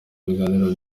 biganiro